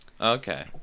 Okay